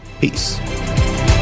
Peace